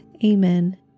Amen